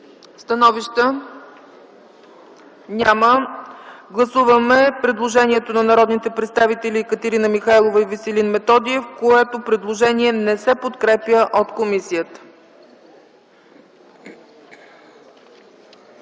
Становища? Няма. Гласуваме предложението на народните представители Екатерина Михайлова и Веселин Методиев, което не се подкрепя от комисията.